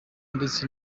ndetse